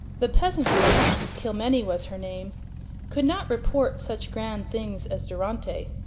the peasant girl kilmeny was her name could not report such grand things as durante,